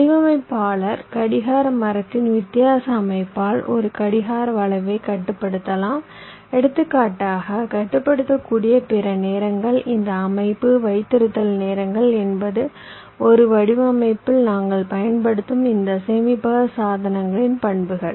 வடிவமைப்பாளர் கடிகார மரத்தின் வித்தியாச அமைப்பால் ஒரு கடிகார வளைவைக் கட்டுப்படுத்தலாம் எடுத்துக்காட்டாக கட்டுப்படுத்தக்கூடிய பிற நேரங்கள் இந்த அமைப்பு வைத்திருத்தல் நேரங்கள் என்பது ஒரு வடிவமைப்பில் நாங்கள் பயன்படுத்தும் இந்த சேமிப்பக சாதனங்களின் பண்புகள்